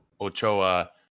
Ochoa